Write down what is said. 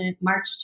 March